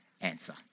answer